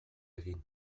egin